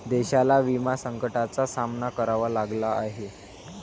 देशाला विमा संकटाचा सामना करावा लागला आहे